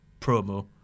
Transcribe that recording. promo